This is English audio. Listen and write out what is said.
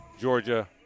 Georgia –